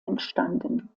entstanden